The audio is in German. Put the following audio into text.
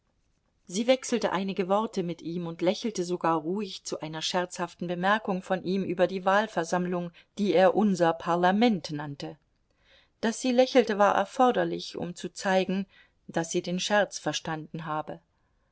sie wechselte einige worte mit ihm und lächelte sogar ruhig zu einer scherzhaften bemerkung von ihm über die wahlversammlung die er unser parlament nannte daß sie lächelte war erforderlich um zu zeigen daß sie den scherz verstanden habe